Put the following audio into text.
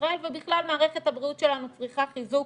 ישראל ובכלל מערכת הבריאות שלנו צריכה חיזוק